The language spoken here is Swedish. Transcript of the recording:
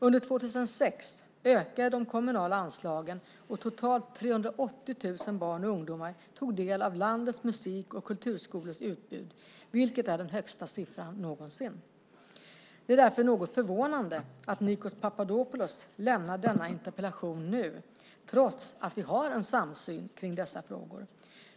Under 2006 ökade de kommunala anslagen, och totalt 380 000 barn och ungdomar tog del av landets musik och kulturskolors utbud, vilket är den högsta siffran någonsin. Det är därför något förvånande att Nikos Papadopoulos lämnar denna interpellation nu, trots att vi har en samsyn kring dessa frågor.